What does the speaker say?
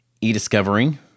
e-discovery